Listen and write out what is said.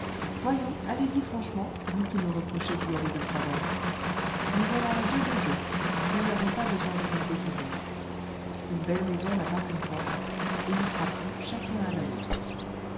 voyons allez-y franchement vous qui me reprochez d'y aller de travers nous voilà à deux de jeu nous n'avons pas besoin de nous déguiser une belle maison n'a pas qu'une porte et nous frapperons chacun à la nôtre